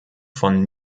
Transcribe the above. von